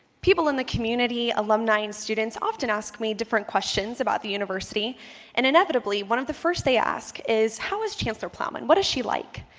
people in the community alumni and students often ask me different questions about the university and inevitably one of the first they ask is how is chancellor plowman? what is she like?